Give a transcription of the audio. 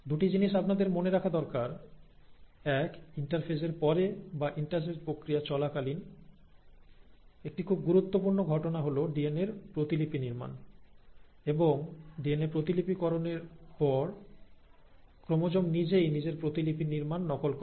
দুটি জিনিস আপনাদের মনে রাখা দরকার এক ইন্টারফেসের পরে বা ইন্টারফেজ প্রক্রিয়া চলাকালীন একটি খুব গুরুত্বপূর্ণ ঘটনা হল ডিএনএর প্রতিলিপি নির্মাণ এবং ডিএনএ প্রতিলিপিকরণ এর পর ক্রোমোজোম নিজেই নিজের প্রতিলিপি নির্মাণ নকল করে